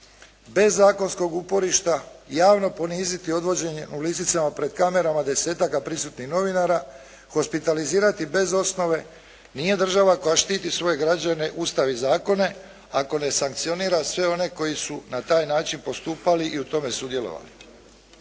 bez zakonskog uporišta javno poniziti odvođenjem u lisicama pred kamerama desetaka prisutnih novinara, hospitalizirati bez osnove nije država koja štiti svoje građane, Ustav i zakone ako ne sankcionira sve one koji su na taj način postupali i u tome sudjelovali.